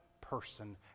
person